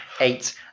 Eight